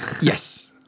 yes